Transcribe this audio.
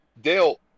Dale